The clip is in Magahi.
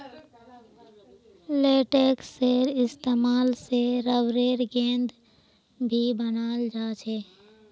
लेटेक्सेर इस्तेमाल से रबरेर गेंद भी बनाल जा छे